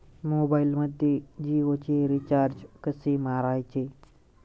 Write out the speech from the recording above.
मोबाइलमध्ये जियोचे रिचार्ज कसे मारायचे?